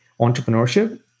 entrepreneurship –